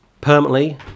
permanently